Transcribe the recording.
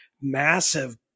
massive